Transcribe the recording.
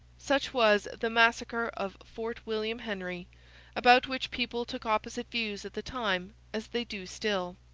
such was the massacre of fort william henry about which people took opposite views at the time, as they do still.